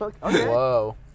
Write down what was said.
Whoa